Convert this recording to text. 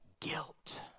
Guilt